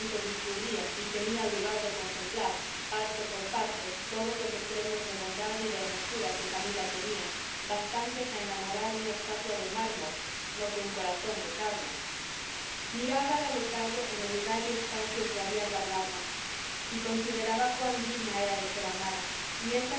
discurría y tenía lugar de contemplar parte por parte todos los estremos de bondad y de hermosura que camila tenía bastantes a enamorar una estatua de mármol no que un corazón de carne mirábala lotario en el lugar y espacio que había de hablarla y consideraba cuán digna era de ser amada y esta